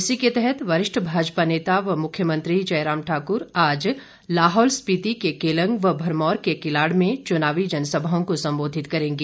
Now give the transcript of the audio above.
इसी के तहत वरिष्ठ भाजपा नेता व मुख्यमंत्री जयराम ठाकुर आज लाहौल स्पिति के केलंग व भरमौर के किलाड़ में चुनाव जनसभाओं को संबोधित करेंगे